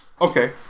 Okay